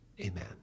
Amen